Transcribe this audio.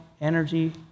energy